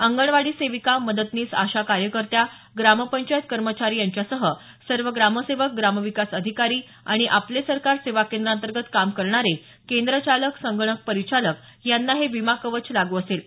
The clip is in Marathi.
अंगणवाडी सेविका मदतनीस आशा कार्यकर्त्या ग्रामपंचायत कर्मचारी यांच्यासह सर्व ग्रामसेवक ग्रामविकास अधिकारी आणि आपले सरकार सेवा केंद्रांतर्गत काम करणारे केंद्र चालक संगणक परिचालक यांना हे विमा कवच लागू असेल